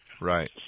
Right